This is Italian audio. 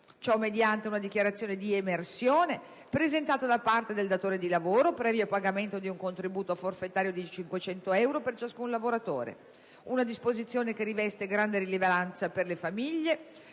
mediante una dichiarazione di emersione presentata da parte del datore di lavoro, previo pagamento di un contributo forfetario di 500 euro per ciascun lavoratore. Si tratta di una disposizione che riveste grande rilevanza per le famiglie,